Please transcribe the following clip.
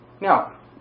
Now